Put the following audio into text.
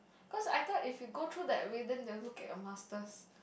cause I thought if you go through that way then they will look at your masters